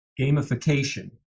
gamification